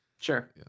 Sure